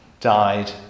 died